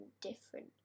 different